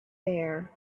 bare